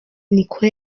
niko